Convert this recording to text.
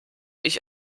ich